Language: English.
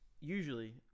Usually